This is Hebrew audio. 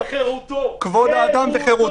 כבוד האדם וחירותו.